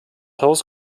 haus